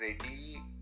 ready